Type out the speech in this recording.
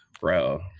bro